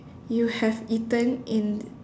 you have eaten in